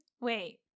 Wait